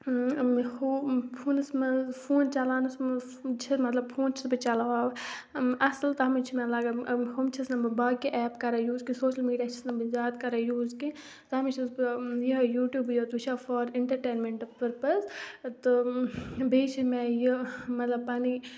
ہُہ فوٗنَس منٛز فون چَلاونَس منٛز چھِ مطلب فون چھَس بہٕ چَلاوان اَصٕل تَتھ منٛز چھِ مےٚ لَگان ہُم چھَس نہٕ بہٕ باقی ایپہٕ کَران یوٗز کِہیٖنۍ سوشَل میٖڈیا چھَس نہٕ بہٕ زیادٕ کَران یوٗز کینٛہہ تَتھ منٛز چھَس بہٕ یِہٕے یوٗٹیوٗبٕے یوت وٕچھان فار اٮ۪نٛٹرٹینمٮ۪نٛٹ پٔرپَز تہٕ بیٚیہِ چھِ مےٚ یہِ مطلب پَنٕںۍ